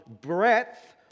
breadth